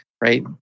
right